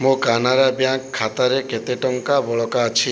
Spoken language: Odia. ମୋ କାନାରା ବ୍ୟାଙ୍କ ଖାତାରେ କେତେ ଟଙ୍କା ବଳକା ଅଛି